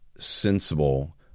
sensible